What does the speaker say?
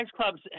clubs